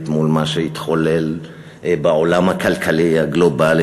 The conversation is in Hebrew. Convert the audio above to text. מול מה שהתחולל בעולם הכלכלי הגלובלי,